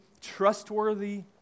trustworthy